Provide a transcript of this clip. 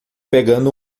pegando